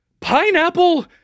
pineapple